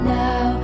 now